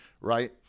right